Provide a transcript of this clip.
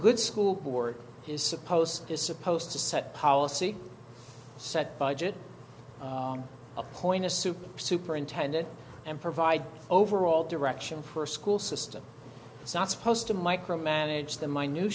good school board is supposed is supposed to set policy set budget appoint a super superintendent and provide overall direction for a school system it's not supposed to micromanage the my new